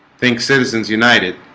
think citizens united